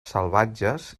salvatges